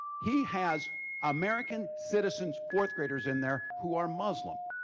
he has american citizens, fourth graders in there, who are muslim.